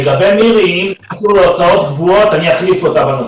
לגבי מירי, בנושא הוצאות קבועות, אני אחליף אותה.